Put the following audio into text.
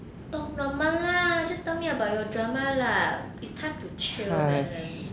放工了吗 just tell me about your drama lah it's time to chill man